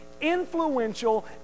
influential